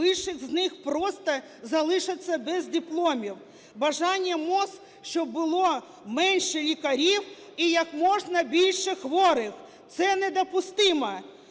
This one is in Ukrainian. більшість з них просто залишиться без дипломів. Бажання МОЗ, щоб було менше лікарів і як можна більше хворих, це недопустимо!